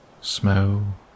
smell